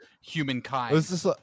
humankind